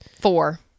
Four